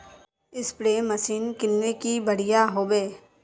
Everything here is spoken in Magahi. स्प्रे मशीन किनले की बढ़िया होबवे?